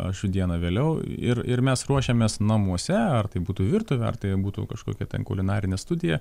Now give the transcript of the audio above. aš dieną vėliau ir ir mes ruošiamės namuose ar tai būtų virtuvė ar tai būtų kažkokia ten kulinarinė studija